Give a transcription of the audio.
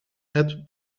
het